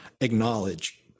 acknowledge